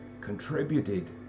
contributed